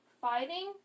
fighting